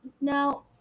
now